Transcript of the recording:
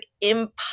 impossible